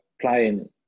playing